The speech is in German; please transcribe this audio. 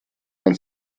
man